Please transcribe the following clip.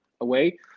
away